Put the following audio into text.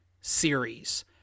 series